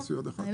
מה